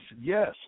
yes